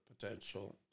potential